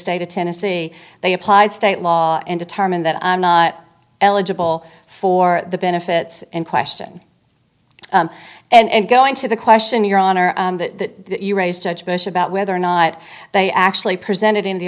state of tennessee they applied state law and determined that i'm not eligible for the benefits and question and going to the question your honor that you raised judge bush about whether or not they actually presented in the